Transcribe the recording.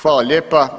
Hvala lijepa.